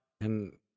and-